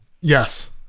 yes